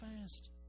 fast